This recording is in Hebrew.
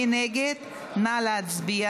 אין הצעה